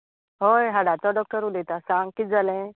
हय हाडाचो डॉक्टर उलयता सांग कित जालें